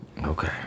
Okay